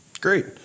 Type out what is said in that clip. Great